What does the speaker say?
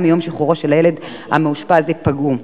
מיום שחרורו של הילד המאושפז ייפגעו.